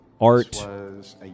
art